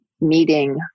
meeting